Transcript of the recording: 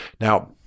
now